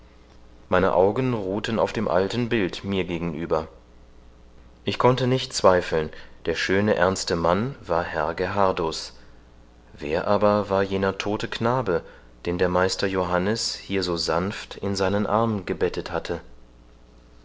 meine augen ruhten auf dem alten bild mir gegenüber ich konnte nicht zweifeln der schöne ernste mann war herr gerhardus wer aber war jener tote knabe den ihm meister johannes hier so sanft in seinen arm gebettet hatte